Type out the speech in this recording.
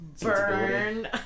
Burn